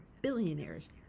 billionaires